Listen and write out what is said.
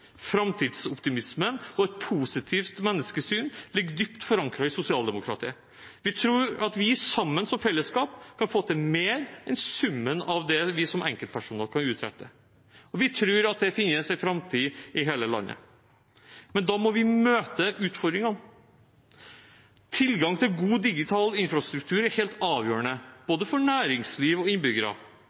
Framtidsoptimisme og et positivt menneskesyn ligger dypt forankret i sosialdemokratiet. Vi tror at vi sammen som fellesskap kan få til mer enn summen av det vi som enkeltpersoner kan utrette. Vi tror at det finnes en framtid i hele landet. Men da må vi møte utfordringene. Tilgang til god digital infrastruktur er helt avgjørende for både næringsliv og innbyggere.